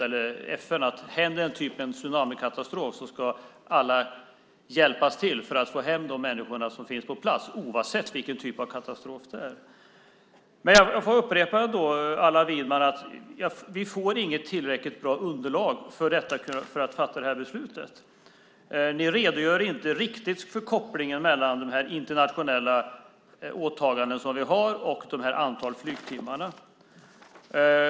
Om det händer en katastrof som tsunamin ska alla hjälpas åt för att få hem de människor som är på plats, oavsett vilken typ av katastrof det är. Jag upprepar att vi inte får ett tillräckligt bra underlag för att fatta det här beslutet. Ni redogör inte riktigt för kopplingen mellan de internationella åtaganden vi har och antalet flygtimmar.